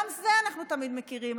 גם את זה אנחנו תמיד מכירים,